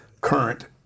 current